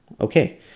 Okay